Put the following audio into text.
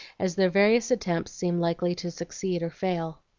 as their various attempts seemed likely to succeed or fail.